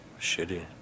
Shitty